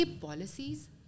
policies